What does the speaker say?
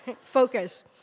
Focus